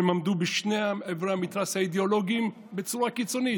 הם עמדו בשני עברי המתרס האידיאולוגיים בצורה קיצונית,